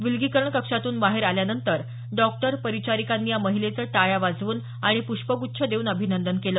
विलगीकरण कक्षातून बाहेर आल्यानंतर डॉक्टर परिचारिकांनी या महिलेचं टाळ्या वाजवून आणि पृष्पग्च्छ देऊन अभिनंदन केलं